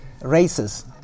races